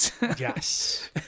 Yes